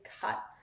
cut